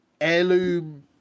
heirloom